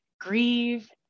grieve